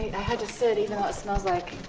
i had to sit even though it smells like